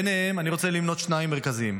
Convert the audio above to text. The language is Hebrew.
ביניהם אני רוצה למנות שניים מרכזיים: